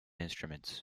instruments